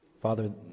Father